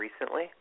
recently